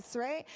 so right?